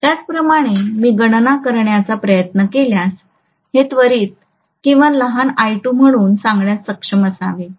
त्याचप्रमाणे मी गणना करण्याचा प्रयत्न केल्यास हे त्वरित किंवा लहान i2 म्हणून सांगण्यास सक्षम असावे